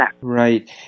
Right